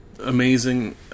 amazing